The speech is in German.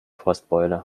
frostbeule